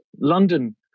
London